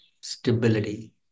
stability